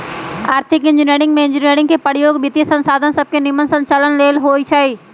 आर्थिक इंजीनियरिंग में इंजीनियरिंग के प्रयोग वित्तीयसंसाधन सभके के निम्मन संचालन लेल होइ छै